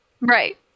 right